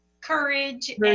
courage